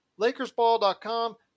LakersBall.com